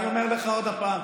אני אומר לך עוד פעם.